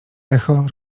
echo